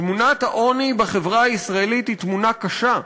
תמונת העוני בחברה הישראלית היא תמונה קשה,